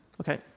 Okay